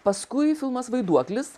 paskui filmas vaiduoklis